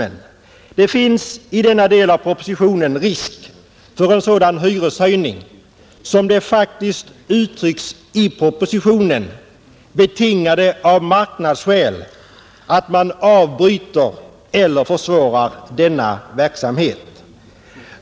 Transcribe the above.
Det som finns i denna del av propositionen innebär en risk för en sådan hyreshöjning vilken, som det faktiskt uttrycks i propositionen, är betingad av marknadsskäl och vilken kan avbryta eller försvåra denna verksamhet.